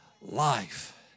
life